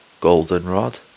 Goldenrod